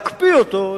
להקפיא אותו,